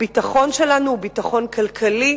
הביטחון שלנו הוא ביטחון כלכלי,